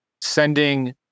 sending